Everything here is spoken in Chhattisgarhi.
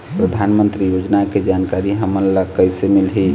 परधानमंतरी योजना के जानकारी हमन ल कइसे मिलही?